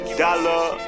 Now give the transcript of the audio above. dollar